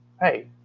hey